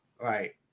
Right